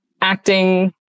acting